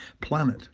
planet